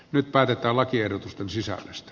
nyt päätetään lakiehdotusten sisällöstä